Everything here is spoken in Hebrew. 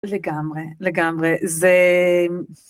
לגמרי לגמרי זה.